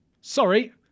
sorry